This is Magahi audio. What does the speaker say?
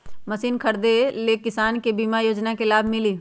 मशीन खरीदे ले किसान के बीमा योजना के लाभ मिली?